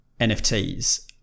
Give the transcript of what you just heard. NFTs